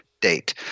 date